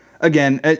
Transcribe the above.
Again